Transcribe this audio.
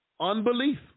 Unbelief